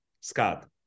Scott